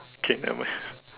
okay nevermind